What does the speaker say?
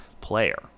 player